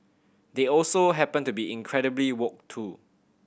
they also happen to be incredibly woke too